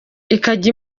ikajya